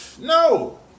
No